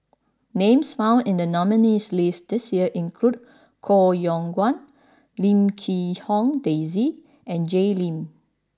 names found in the nominees' list this year include Koh Yong Guan Lim Quee Hong Daisy and Jay Lim